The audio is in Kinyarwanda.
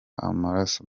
amaraso